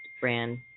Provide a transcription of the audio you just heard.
brand